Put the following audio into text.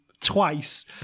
twice